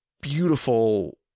beautiful